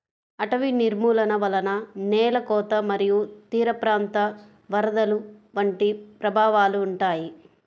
అటవీ నిర్మూలన వలన నేల కోత మరియు తీరప్రాంత వరదలు వంటి ప్రభావాలు ఉంటాయి